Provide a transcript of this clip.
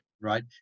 Right